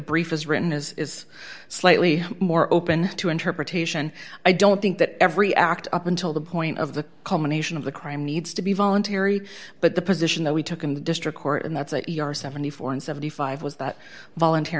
brief is written is is slightly more open to interpretation i don't think that every act up until the point of the culmination of the crime needs to be voluntary but the position that we took in the district court and that's what you are seventy four and seventy five was that volunt